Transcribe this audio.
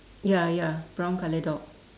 ya ya brown colour dog